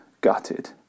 gutted